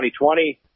2020